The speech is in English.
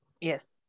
Yes